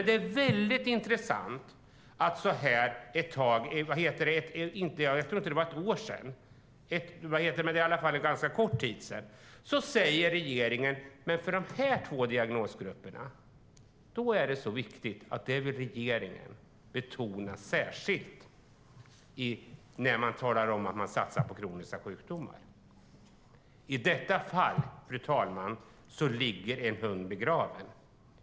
Det är väldigt intressant att regeringen för ganska kort tid sedan - jag tror att det inte ens var ett år sedan - sade att man ansåg att just de här två diagnosgrupperna var så viktiga att regeringen särskilt ville betona dem när man satsar på kroniska sjukdomar. Här ligger en hund begraven.